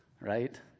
right